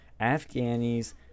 Afghanis